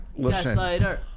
Gaslighter